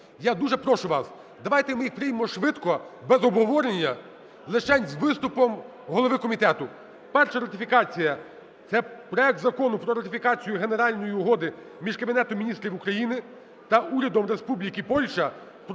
Я дуже прошу вас давайте ми їх приймемо швидко без обговорення, лишень з виступом голови комітету. Перша ратифікація – це проект Закону про ратифікацію Генеральної Угоди між Кабінетом Міністрів України та Урядом Республіки Польща